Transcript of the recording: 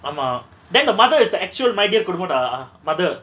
ஆமா:aama then the mother is the actual my dear குடும்போடா:kudumboda mother